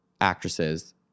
actresses